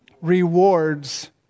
rewards